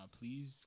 Please